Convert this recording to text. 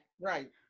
right